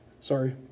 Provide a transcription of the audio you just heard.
Sorry